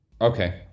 okay